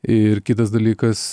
ir kitas dalykas